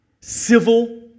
civil